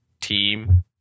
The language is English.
team